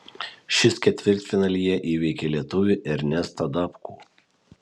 šis ketvirtfinalyje įveikė lietuvį ernestą dapkų